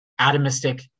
atomistic